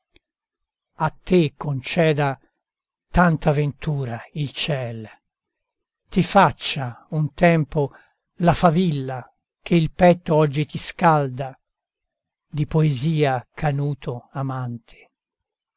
avviva a te conceda tanta ventura il ciel ti faccia un tempo la favilla che il petto oggi ti scalda di poesia canuto amante